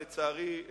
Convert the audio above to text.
לצערי,